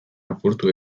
apurtu